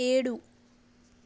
ఏడు